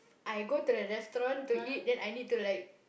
I go to the restaurant to eat then I need to like